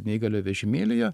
neįgalio vežimėlyje